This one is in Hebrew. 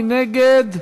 מי נגד?